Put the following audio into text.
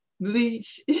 bleach